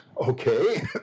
Okay